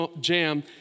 jam